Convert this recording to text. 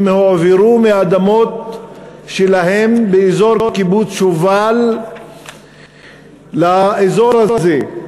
הם הועברו מאדמות שלהם באזור קיבוץ שובל לאזור הזה,